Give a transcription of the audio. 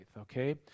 okay